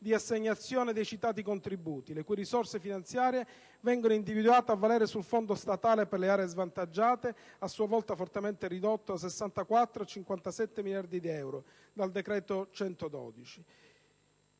di assegnazione dei citati contributi, le cui risorse finanziarie vengono individuate a valere sul Fondo statale per le aree svantaggiate, a sua volta fortemente ridotto da 64 a 57 miliardi di euro, dal decreto-legge